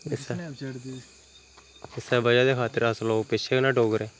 इस वजह् खात्तर अस लोक पिच्छें न डोगरे